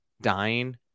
dying